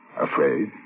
afraid